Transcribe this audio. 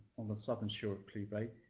on the southern shore of clew bay.